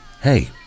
Hey